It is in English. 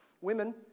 Women